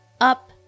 up